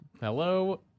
hello